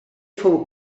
fou